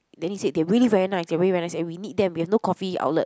then he said they really very nice they really very nice and we need them we have no coffee outlet